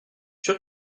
sûr